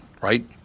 right